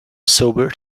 sobered